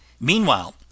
Meanwhile